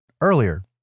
earlier